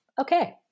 Okay